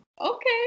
Okay